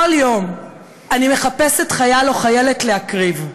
כל יום, אני מחפשת חייל או חיילת להקריב,